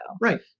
Right